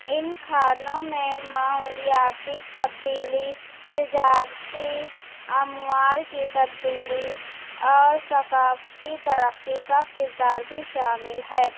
ان کھانوں میں ماحولیاتی تبدیلی تجارتی اموار کی تبدیلی اور ثقافتی ترقی کا کردار بھی شامل ہے